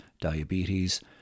diabetes